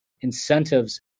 incentives